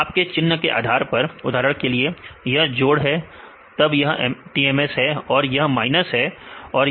तो आपके चिह्न के आधार पर उदाहरण के लिए यह जोड़ है तब यह TMS है और यह माइनस है और यह TMS